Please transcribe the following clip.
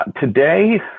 today